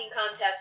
contest